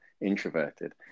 introverted